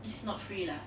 it's not free lah